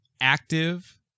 active